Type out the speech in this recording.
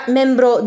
membro